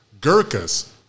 Gurkhas